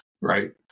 Right